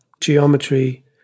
geometry